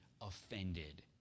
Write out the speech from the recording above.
offended